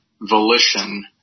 volition